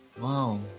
wow